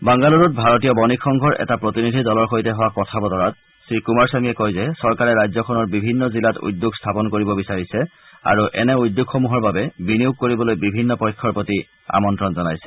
বাংগালুৰুত ভাৰতীয় বণিক সংঘৰ এটা প্ৰতিনিধি দলৰ সৈতে হোৱা কথা বতৰাত শ্ৰীকুমাৰস্বমীয়ে কয় যে চৰকাৰে ৰাজ্যখনৰ বিভিন্ন জিলাত উদ্যোগ স্থাপন কৰিব বিচাৰিছে আৰু এনে উদ্যোগসমূহৰ বাবে বিনিয়োগ কৰিবলৈ বিভিন্ন পক্ষৰ প্ৰতি আমন্ত্ৰণ জনাইছে